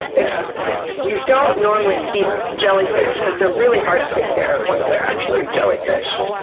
and you don't normally keep jellyfish because they're really hard to take care of once they're actually jellyfish.